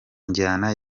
njyana